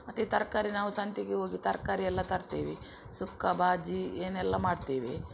ಮತ್ತು ತರಕಾರಿ ನಾವು ಸಂತೆಗೆ ಹೋಗಿ ತರಕಾರಿಯೆಲ್ಲಾ ತರ್ತೇವೆ ಸುಕ್ಕ ಬಾಜಿ ಏನೆಲ್ಲಾ ಮಾಡ್ತೇವೆ